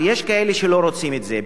אבל יש כאלה שלא רוצים את זה.